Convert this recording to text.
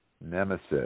Nemesis